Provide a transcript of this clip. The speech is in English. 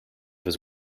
his